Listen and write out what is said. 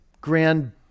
grand